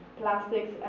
plastics